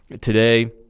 today